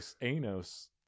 Anos